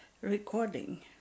recording